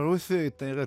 rusijoj tai yra